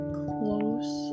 close